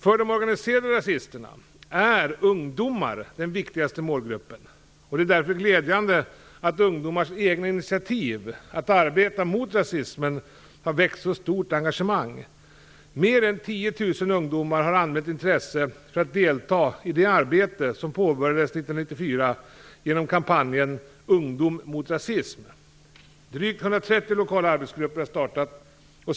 För de organiserade rasisterna är ungdomar den viktigaste målgruppen. Det är därför glädjande att ungdomars egna initiativ att arbeta mot rasism har väckt så stort engagemang. Men än 10 000 ungdomar har anmält intresse för att delta i det arbete som påbörjades 1994 genom kampanjen "Ungdom mot rasism". Drygt 130 lokala arbetsgrupper har startat.